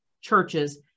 churches